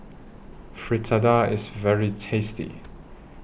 Fritada IS very tasty